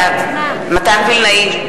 בעד מתן וילנאי,